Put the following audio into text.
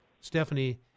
Stephanie